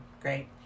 great